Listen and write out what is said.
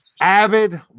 avid